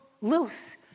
loose